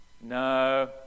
No